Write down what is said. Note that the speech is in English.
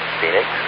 Phoenix